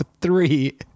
three